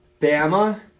Bama